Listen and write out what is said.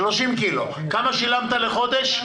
כמה שילמת לחודש?